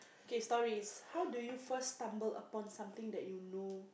okay stories how do you first stumble upon something that you know